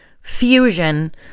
fusion